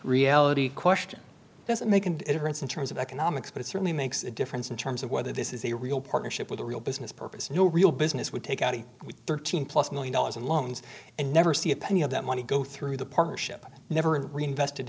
reality question doesn't make and it hurts in terms of economics but it certainly makes a difference in terms of whether this is a real partnership with a real business purpose no real business would take out thirteen plus one million dollars in loans and never see a penny of that money go through the partnership never reinvest